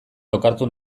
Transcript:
lokartu